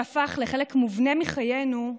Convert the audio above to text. שהפך לחלק מובנה מחיינו,